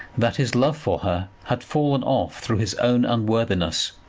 that his love for her had fallen off through his own unworthiness,